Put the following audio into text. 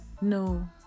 no